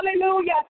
Hallelujah